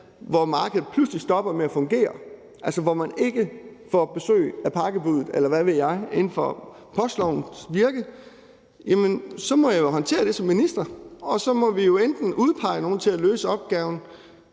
hvor markedet pludselig stopper med at fungere, altså hvor man ikke får besøg af pakkebuddet, eller hvad ved jeg inden for postlovens virke, jamen så må jeg jo håndtere det som minister, og så må vi enten udpege nogle til at løse opgaven